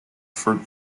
fruit